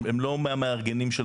הם לא מהמארגנים של האירוע.